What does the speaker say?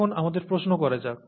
এখন আমাদের প্রশ্ন করা যাক